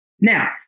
Now